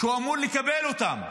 והוא אמור לקבל אותה.